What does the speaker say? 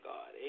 God